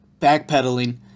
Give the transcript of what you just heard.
backpedaling